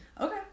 Okay